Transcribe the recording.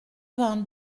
vingts